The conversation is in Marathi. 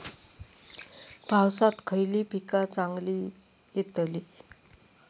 पावसात खयली पीका चांगली येतली?